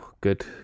Good